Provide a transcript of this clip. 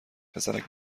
پسرک